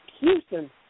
Houston